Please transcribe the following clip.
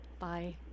Bye